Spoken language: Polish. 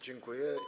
Dziękuję.